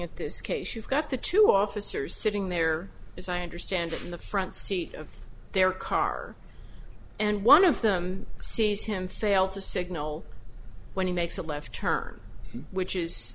at this case you've got the two officers sitting there as i understand it in the front seat of their car and one of them sees him fail to signal when he makes a left turn which is